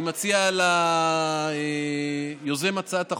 אני מציע ליוזם הצעת החוק,